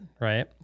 right